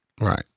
Right